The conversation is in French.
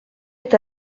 est